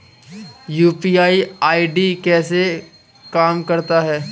UPI ID कैसे काम करता है?